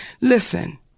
Listen